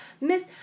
Miss